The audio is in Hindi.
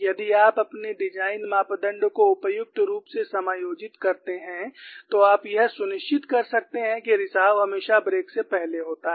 यदि आप अपने डिज़ाइन मापदण्ड को उपयुक्त रूप से समायोजित करते हैं तो आप यह सुनिश्चित कर सकते हैं कि रिसाव हमेशा ब्रेक से पहले होता है